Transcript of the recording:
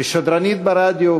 כשדרנית ברדיו,